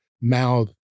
mouth